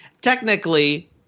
Technically